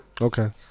Okay